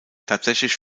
tatsächlich